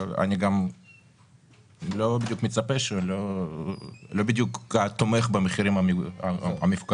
אני גם לא בדיוק תומך במחירים המפוקחים.